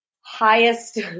highest